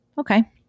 Okay